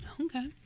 Okay